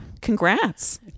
congrats